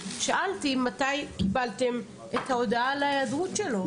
שאלתי מתי קיבלתם את ההודעה על ההיעדרות שלו?